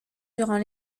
durant